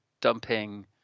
dumping